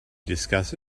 discuss